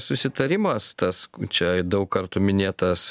susitarimas tas čia daug kartų minėtas